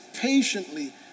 patiently